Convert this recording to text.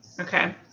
okay